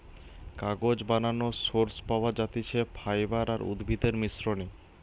কাগজ বানানোর সোর্স পাওয়া যাতিছে ফাইবার আর উদ্ভিদের মিশ্রনে